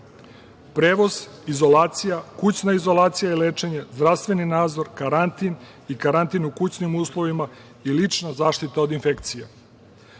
prevoz, izolacija, kućna izolacija i lečenje, zdravstveni nadzor, karantin i karantin u kućnim uslovima i lična zaštita od infekcija. Predlogom